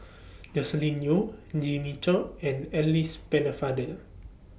Joscelin Yeo Jimmy Chok and Alice Pennefather